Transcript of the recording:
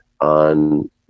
on